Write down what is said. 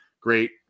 great